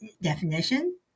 definition